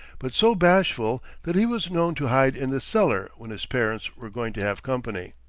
but so bashful that he was known to hide in the cellar when his parents were going to have company.